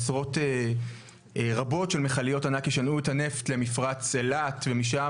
עשרות רבות של מכליות ענק ישנעו את הנפט למפרץ אילת ומשם